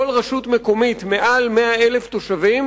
כל רשות מקומית מעל 100,000 תושבים